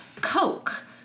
Coke